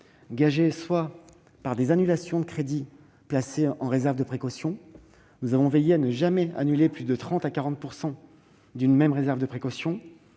autres, par des annulations de crédits placés en réserve de précaution. Nous avons fait en sorte de ne jamais annuler plus de 30 % à 40 % d'une même réserve de précaution.